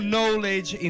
Knowledge